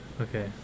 Okay